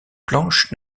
planches